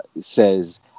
says